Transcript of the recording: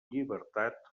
llibertat